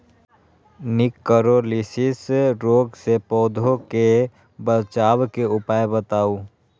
निककरोलीसिस रोग से पौधा के बचाव के उपाय बताऊ?